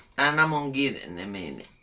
and i'm gonna get it in i mean